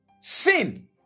sin